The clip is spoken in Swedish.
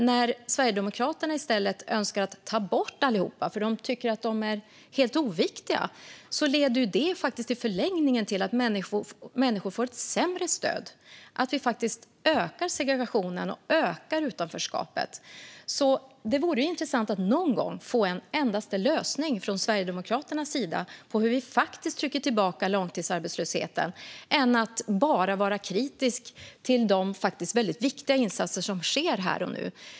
När Sverigedemokraterna i stället önskar att ta bort alltsammans för att de tycker att det är helt oviktigt leder det i förlängningen till att människor får ett sämre stöd och att vi faktiskt ökar segregationen och utanförskapet. Det vore ju intressant att någon gång få höra en endaste lösning från Sverigedemokraternas sida när det gäller hur vi faktiskt trycker tillbaka långtidsarbetslösheten, i stället för att man bara är kritisk till de faktiskt väldigt viktiga insatser som sker här och nu.